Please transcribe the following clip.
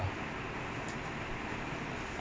ya ya